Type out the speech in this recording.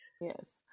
yes